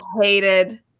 hated